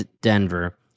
Denver